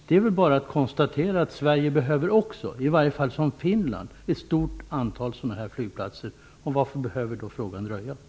Det är väl bara att konstatera att också Sverige, i varje fall liksom t.ex. Finland, behöver ett stort antal sådana här flygplatser. Varför behöver då frågan dra ut på tiden?